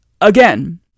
again